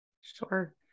Sure